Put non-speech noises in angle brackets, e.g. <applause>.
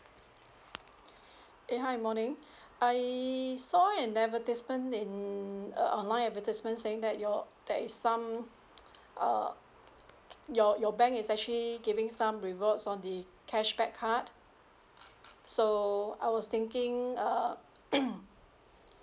eh hi morning I saw an advertisement in uh online advertisement saying that your there is some uh your your bank is actually giving some rewards on the cashback card so uh I was thinking uh <noise>